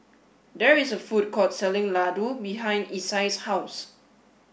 there is a food court selling Ladoo behind Isai's house